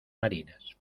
marinas